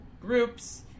groups